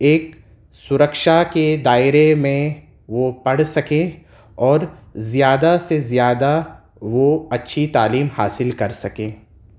ایک سرکشا کے دائرے میں وہ پڑھ سکیں اور زیادہ سے زیادہ وہ اچھی تعلیم حاصل کر سکیں